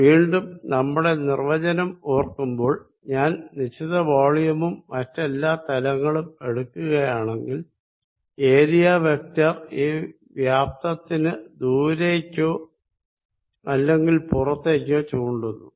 വീണ്ടും നമ്മുടെ നിർവചനം ഓർക്കുമ്പോൾ ഞാൻ നിശ്ചിത വോളിയമും മറ്റെല്ലാ തലങ്ങളും എടുക്കുകയാണെങ്കിൽ ഏരിയ വെക്ടർ ഈ വോള്യുമിന് ദൂരത്തേക്കോ അല്ലെങ്കിൽ പുറത്തേക്കോ ചൂണ്ടുന്നു